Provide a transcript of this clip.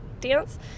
dance